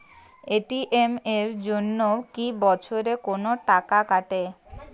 ATM এর জন্যে কি বছরে কোনো টাকা কাটে?